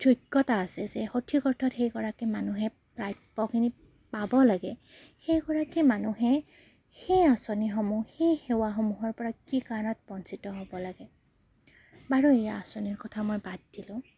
যোগ্যতা আছে যে সঠিক অৰ্থত সেইগৰাকী মানুহে প্ৰাপ্যখিনি পাব লাগে সেইগৰাকী মানুহে সেই আঁচনিসমূহ সেই সেৱাসমূহৰ পৰা কি কাৰণত বঞ্চিত হ'ব লাগে বাৰু এই আঁচনিৰ কথা মই বাদ দিলোঁ